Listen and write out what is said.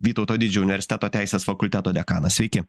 vytauto didžiojo universiteto teisės fakulteto dekanas sveiki